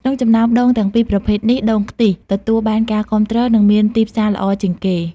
ក្នុងចំណោមដូងទាំងពីរប្រភេទនេះ ដូងខ្ទិះ ទទួលបានការគាំទ្រ និងមានទីផ្សារល្អជាងគេ។